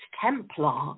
Templar